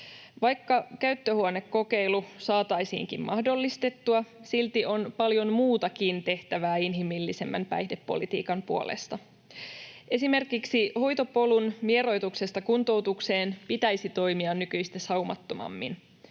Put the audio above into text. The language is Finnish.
Vaikka käyttöhuonekokeilu saataisiinkin mahdollistettua, silti on paljon muutakin tehtävää inhimillisemmän päihdepolitiikan puolesta. Esimerkiksi hoitopolun vieroituksesta kuntoutukseen pitäisi toimia nykyistä saumattomammin.